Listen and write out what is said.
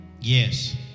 Yes